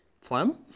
Phlegm